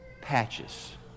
patches